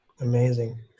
Amazing